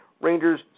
Rangers